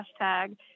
hashtag